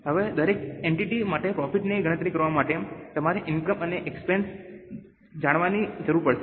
હવે દરેક એન્ટિટી માટે પ્રોફિટ ની ગણતરી કરવા માટે તમારે ઇનકમ અને એક્સપેન્સ જાણવાની જરૂર પડશે